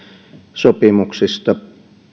sopimuksista